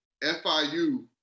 FIU